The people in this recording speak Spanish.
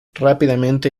rápidamente